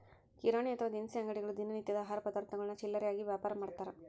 ಕಿರಾಣಿ ಅಥವಾ ದಿನಸಿ ಅಂಗಡಿಗಳು ದಿನ ನಿತ್ಯದ ಆಹಾರ ಪದಾರ್ಥಗುಳ್ನ ಚಿಲ್ಲರೆಯಾಗಿ ವ್ಯಾಪಾರಮಾಡ್ತಾರ